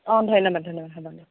অঁ ধন্যবাদ ধন্যবাদ হ'ব দিয়ক